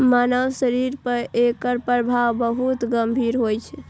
मानव शरीर पर एकर प्रभाव बहुत गंभीर होइ छै